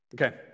Okay